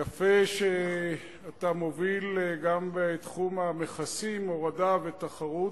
יפה שאתה מוביל גם בתחום המכסים, הורדה ותחרות,